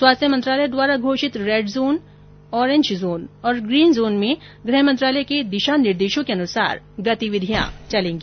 स्वास्थ्य मंत्रालय द्वारा घोषित रेड जोन ओरेन्ज जोन और ग्रीन जोन में गृह मंत्रालय के दिशा निर्देशों के अनुसार गतिविधियां चलेंगी